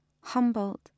Humboldt